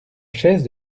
chaise